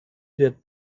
wird